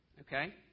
okay